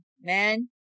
man